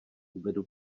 uvedu